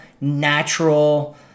natural